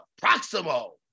Proximo